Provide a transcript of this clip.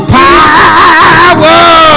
power